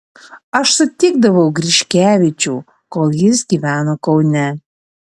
aš sutikdavau griškevičių kol jis gyveno kaune